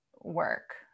work